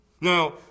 Now